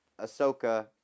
Ahsoka